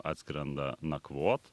atskrenda nakvot